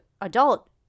adult